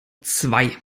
zwei